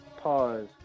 Pause